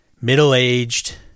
middle-aged